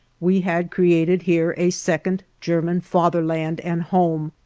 we had created here a second german fatherland and home,